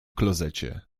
klozecie